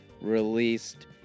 released